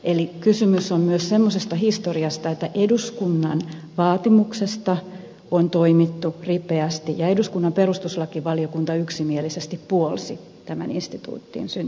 eli kysymys on myös semmoisesta historiasta että eduskunnan vaatimuksesta on toimittu ripeästi ja eduskunnan perustuslakivaliokunta yksimielisesti puolsi tämän instituutin syntymistä